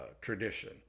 tradition